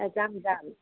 এ যাম যাম